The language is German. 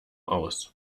aus